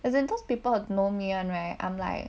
as in those people who know me [one] right I'm like